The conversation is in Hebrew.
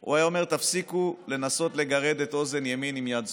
הוא היה אומר: תפסיקו לנסות לגרד את אוזן ימין עם יד שמאל.